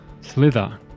slither